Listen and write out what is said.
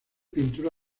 pintura